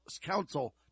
Counsel